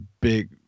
big